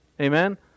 Amen